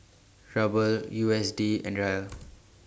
Ruble U S D and Riel